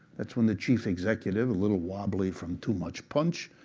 that's when the chief executive, a little wobbly from too much punch,